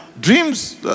dreams